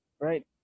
right